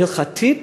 זה הלכתי,